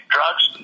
Drugs